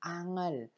angal